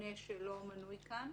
מגונה שלא מנוי כאן,